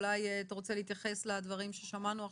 אולי אתה רוצה להתייחס לדברים ששמענו עכשיו?